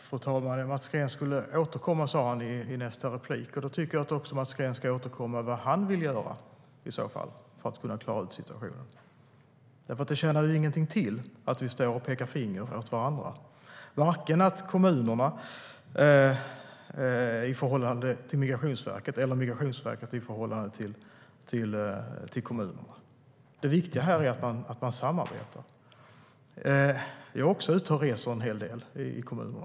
Fru talman! Mats Green sa att han skulle återkomma i nästa anförande. Då tycker jag att Mats Green också ska återkomma till vad han vill göra för att klara ut situationen. Det tjänar ju ingenting till att vi pekar finger åt varandra, varken kommunerna i förhållande till Migrationsverket eller Migrationsverket i förhållande till kommunerna. Det viktiga här är att man samarbetar. Jag är också ute och reser en hel del i kommunerna.